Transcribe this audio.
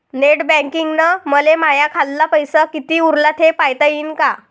Net बँकिंगनं मले माह्या खाल्ल पैसा कितीक उरला थे पायता यीन काय?